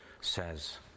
says